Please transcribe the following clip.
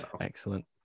Excellent